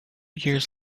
years